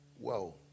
whoa